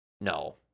no